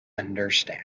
understand